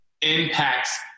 impacts